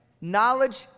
Knowledge